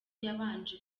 yabanje